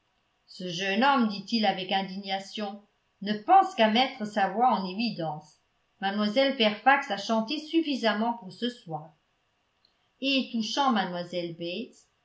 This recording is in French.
ce jeune homme dit-il avec indignation ne pense qu'à mettre sa voix en évidence mlle fairfax a chanté suffisamment pour ce soir et touchant